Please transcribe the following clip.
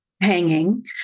hanging